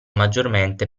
maggiormente